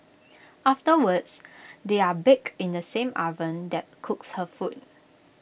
afterwards they are baked in the same oven that cooks her food